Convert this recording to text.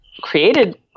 created